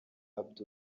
ould